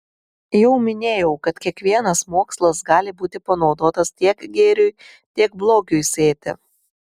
jau minėjau kad kiekvienas mokslas gali būti panaudotas tiek gėriui tiek blogiui sėti